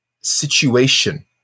situation